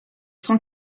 cent